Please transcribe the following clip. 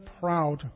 proud